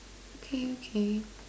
okay okay